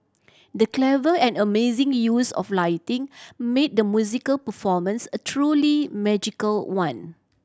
the clever and amazing use of lighting made the musical performance a truly magical one